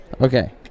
Okay